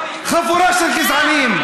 חבורה של גזענים.